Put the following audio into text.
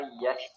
yes